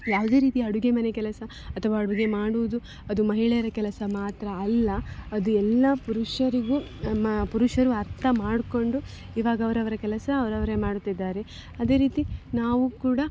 ಯಾವುದೇ ರೀತಿ ಅಡುಗೆ ಮನೆ ಕೆಲಸ ಅಥವಾ ಅಡುಗೆ ಮಾಡುವುದು ಅದು ಮಹಿಳೆಯರ ಕೆಲಸ ಮಾತ್ರ ಅಲ್ಲ ಅದು ಎಲ್ಲ ಪುರುಷರಿಗೂ ನಮ್ಮ ಪುರುಷರು ಅರ್ಥ ಮಾಡಿಕೊಂಡು ಇವಾಗ ಅವರವ್ರ ಕೆಲಸ ಅವರವ್ರೇ ಮಾಡುತ್ತಿದ್ದಾರೆ ಅದೇ ರೀತಿ ನಾವು ಕೂಡ